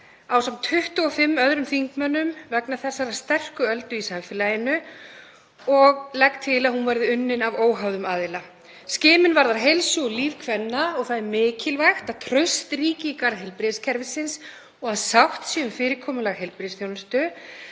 ásamt 25 öðrum þingmönnum vegna þessarar sterku öldu í samfélaginu og legg til að skýrslan verði unnin af óháðum aðila. Skimun varðar heilsu og líf kvenna og mikilvægt er að traust ríki í garð heilbrigðiskerfisins og að sátt sé um fyrirkomulag heilbrigðisþjónustu.